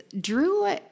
Drew